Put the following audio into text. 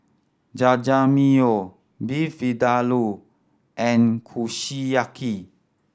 Jajangmyeon Beef Vindaloo and Kushiyaki